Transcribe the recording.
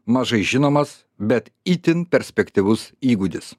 mažai žinomas bet itin perspektyvus įgūdis